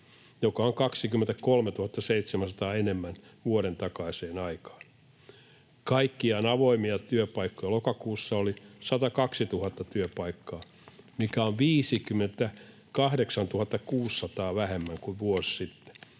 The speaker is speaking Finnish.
mikä on 23 700 enemmän vuoden takaiseen aikaan nähden. Kaikkiaan avoimia työpaikkoja oli lokakuussa 102 000 työpaikkaa, mikä on 58 600 vähemmän kuin vuosi sitten.